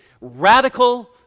radical